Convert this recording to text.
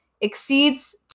exceeds